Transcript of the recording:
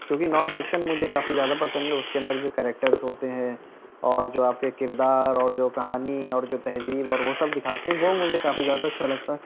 کیونکہ non fiction مجھے کافی زیادہ پسند ہے اس کے اندر جو کیریکٹرس ہوتے ہیں اور جو آپ کے کردار اور جو کہانی اور جو تہذیب اور وہ سب دکھاتے ہیں وہ مجھے کافی زیادہ اچھا لگتا